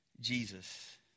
Jesus